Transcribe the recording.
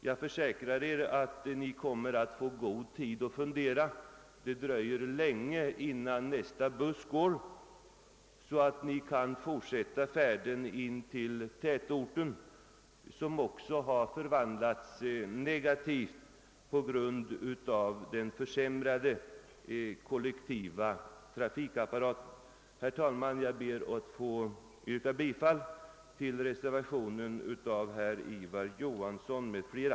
Jag försäkrar er att ni kommer att få god tid att fundera; det dröjer länge innan nästa buss går, så att ni kan fortsätta färden in till tätorten — som också påverkats negativt på grund av att den kollektiva trafikapparaten försämrats. Herr talman! Jag ber att få yrka bifall till reservationen b av herr Ivar Johansson m.fl.